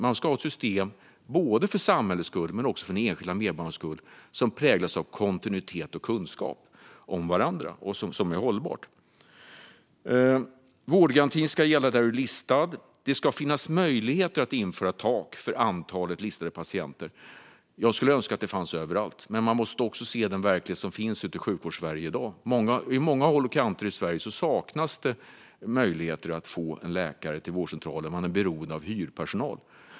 Man ska ha ett system både för samhällets skull och för den enskilda medborgarens skull, som präglas av kontinuitet och kunskap om varandra och som är hållbart. Vårdgarantin ska gälla där du är listad. Det ska finnas möjligheter att införa ett tak för antalet listade patienter. Jag skulle önska att det fanns överallt, men man måste också se den verklighet som finns ute i Sjukvårdssverige i dag. På många håll i Sverige saknas möjligheter att få en läkare till vårdcentralen, och man är beroende av hyrpersonal.